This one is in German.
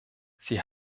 sie